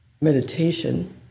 meditation